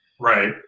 Right